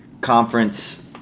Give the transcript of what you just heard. conference